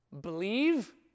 believe